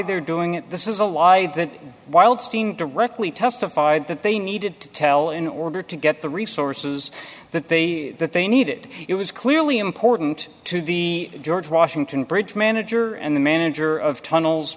they're doing it this is a lie that wildstein directly testified that they needed to tell in order to get the resources that they that they needed it was clearly important to the george washington bridge manager and the manager of tunnels